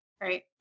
Right